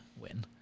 win